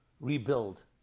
rebuild